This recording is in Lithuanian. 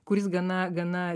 kuris gana gana